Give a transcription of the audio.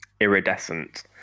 Iridescent